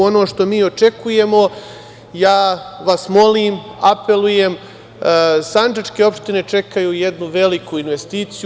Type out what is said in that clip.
Ono što mi očekujemo, ja vas molim, apelujem, sandžačke opštine čekaju jednu veliku investiciju.